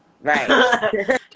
Right